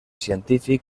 científic